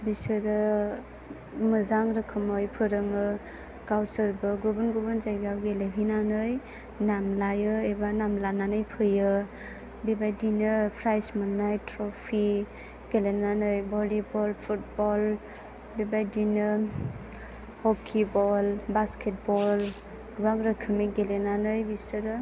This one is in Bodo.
बिसोरो मोजां रोखोमै फोरोङो गावसोरबो गुबुन गुबुन जायगायाव गेलेहैनानै नाम लायो एबा नाम लानानै फैयो बेबायदिनो प्राइज मोननाय ट्र'फि गेलेनानै भलिबल फुटबल बेबायदिनो हकि बास्केटबल गोबां रोखोमनि गेलेनानै बिसोरो